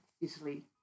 Italy